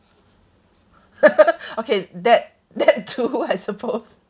okay that that too I suppose